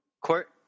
Court